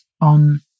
on